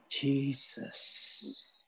Jesus